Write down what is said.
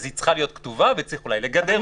אז היא צריכה להיות כתובה וצריך אולי לגדר אותה,